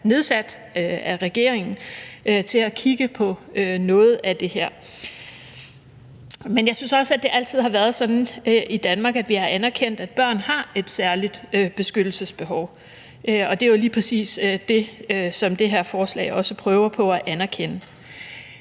nedsat af regeringen til at kigge på noget af det her. Jeg synes også, at det altid har været sådan i Danmark, at vi har anerkendt, at børn har et særligt beskyttelsesbehov, og det er jo lige præcis det, som det her forslag også prøver på at anerkende.